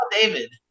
David